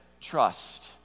trust